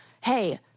hey